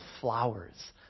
flowers